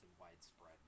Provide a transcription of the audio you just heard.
widespread